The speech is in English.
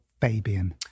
Fabian